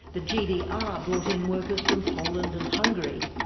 the gdr ah brought in workers from poland and hungary.